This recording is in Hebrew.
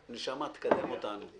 דב, נשמה, תקדם אותנו.